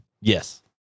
Yes